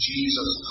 Jesus